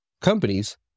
companies